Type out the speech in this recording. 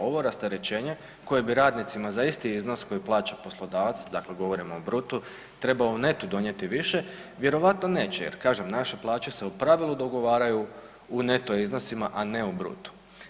Ovo rasterećenje koje bi radnicima za isti iznos koji plaća poslodavac dakle govorim o brutu trebao u netu donijeti više vjerojatno neće jer kažem naše plaće se u pravilu dogovaraju u neto iznosima, a ne u brutu.